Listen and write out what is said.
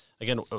Again